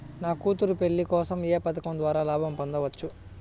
నా కూతురు పెళ్లి కోసం ఏ పథకం ద్వారా లాభం పొందవచ్చు?